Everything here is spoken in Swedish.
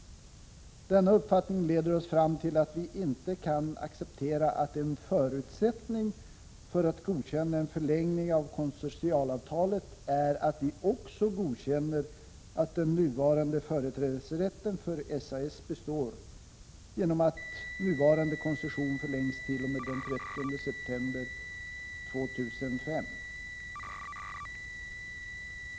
Denna uppfattning leder oss fram till att vi inte kan acceptera att en förutsättning för att godkänna en förlängning av konsortialavtalet är att vi också godkänner att den nuvarande företrädesrätten för SAS består genom att nuvarande koncession förlängs t.o.m. den 30 september 2005.